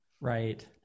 Right